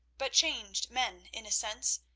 but changed men in a sense,